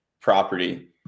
property